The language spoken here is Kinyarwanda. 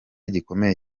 gikomeye